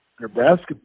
Nebraska